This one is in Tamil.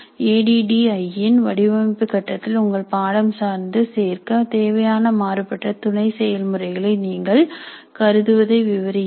A D D I E இன் வடிவமைப்பு கட்டத்தில் உங்கள் பாடம் சார்ந்து சேர்க்க தேவையான மாறுபட்ட துணை செயல்முறைகளை நீங்கள் கருதுவதை விவரியுங்கள்